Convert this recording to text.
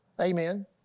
Amen